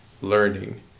learning